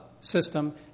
system